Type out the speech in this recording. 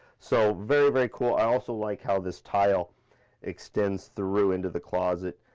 so very, very cool, i also like how this tile extends through into the closet.